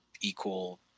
equal